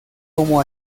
como